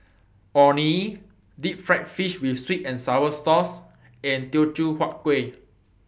Orh Nee Deep Fried Fish with Sweet and Sour Sauce and Teochew Huat Kueh